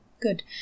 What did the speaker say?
Good